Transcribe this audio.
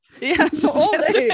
Yes